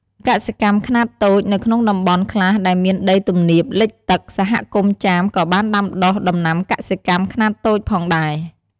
កសិកម្មខ្នាតតូច នៅក្នុងតំបន់ខ្លះដែលមានដីទំនាបលិចទឹក សហគមន៍ចាមក៏បានដាំដុះ ដំណាំកសិកម្មខ្នាតតូច ផងដែរ។